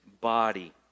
body